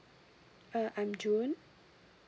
uh I'm june